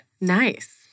nice